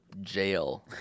jail